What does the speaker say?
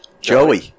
Joey